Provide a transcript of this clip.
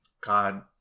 God